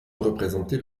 représentait